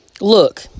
look